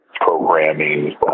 programming